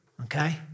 okay